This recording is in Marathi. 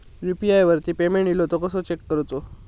यू.पी.आय वरती पेमेंट इलो तो कसो चेक करुचो?